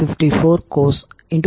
4 i23